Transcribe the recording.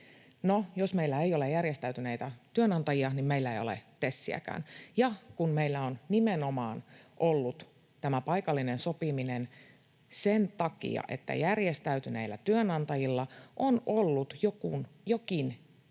jos meillä ei ole järjestäytyneitä työnantajia, niin meillä ei ole TESiäkään. Ja kun meillä on nimenomaan ollut tämä paikallinen sopiminen sen takia, että järjestäytyneillä työnantajilla on ollut jokin etu